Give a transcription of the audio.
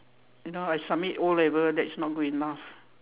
you know I submit O-level that's not good enough